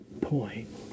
point